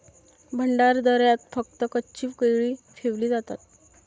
भंडारदऱ्यात फक्त कच्ची केळी ठेवली जातात